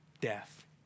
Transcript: death